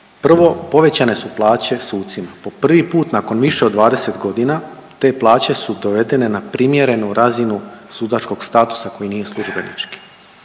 Prvo povećanje su plaće sucima, po prvi put nakon više od 20 godina te plaće su dovedene na primjerenu razinu sudačkog statusa koji nije službenički.